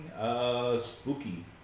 Spooky